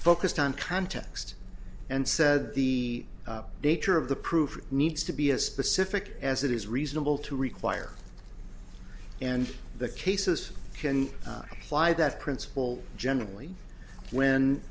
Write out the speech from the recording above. focused on context and said the nature of the proof needs to be as specific as it is reasonable to require and the cases can apply that principle generally when